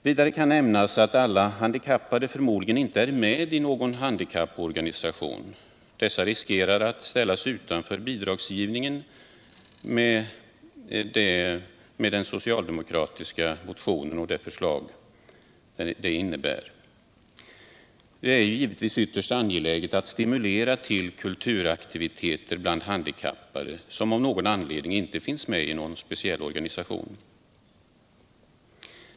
Vidare kan nämnas att alla handikappade förmodligen inte är med i någon handikapporganisation. Sådana handikappade riskerar att ställas utanför bidragsgivningen vid ett bifall till den socialdemokratiska reservationen. Givetvis är det ytterst angeläget att stimulera till kulturaktiviteter också bland sådana handikappade som inte finns med i någon specialorganisation.